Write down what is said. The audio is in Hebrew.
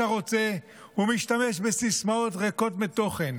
רוצה ומשתמש בסיסמאות ריקות מתוכן.